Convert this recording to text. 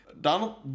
Donald